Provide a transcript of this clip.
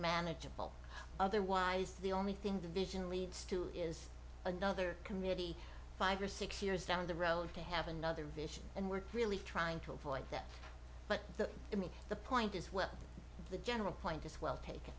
manageable otherwise the only thing the vision leads to is another committee five or six years down the road to have another vision and we're really trying to avoid that but to me the point is well the general point is well